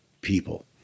people